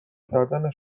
کردن